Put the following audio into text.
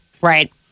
Right